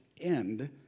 end